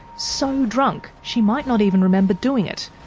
so drunk she might not even remember doing it?